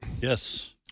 Yes